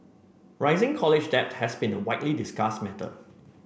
rising college debt has been a widely discussed matter